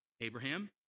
Abraham